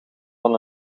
van